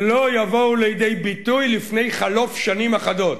לא יבואו לידי ביטוי לפני חלוף שנים אחדות,